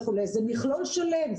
זה מכלול שלם.